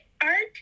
art